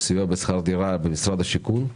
לסיוע בשכר דירה במשרד השיכון.